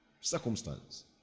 Circumstance